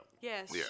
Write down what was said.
Yes